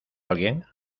alguien